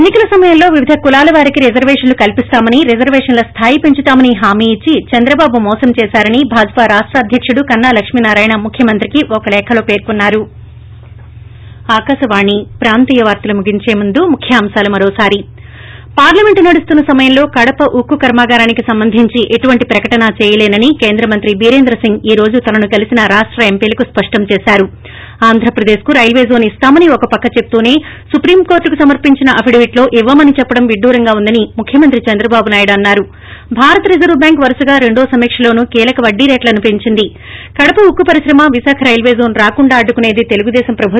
ఎన్నికల సమయంలో వివిధ కులాల వారికి రిజర్వేషన్లు కల్పిస్తామని రిజర్వేషన్ల స్టాయి పెంచుతామని హామీ ఇచ్చి చంద్రబాబు మోసం చేప్పారని భాజాపా రాష్ట అధ్యకుడు కొన్నా లక్ష్మీ నారాయణ ముఖ్యమంత్రికి ఒక లేఖ లో పేర్కొన్నా రు